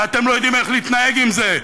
ואתם לא יודעים איך להתנהג עם זה.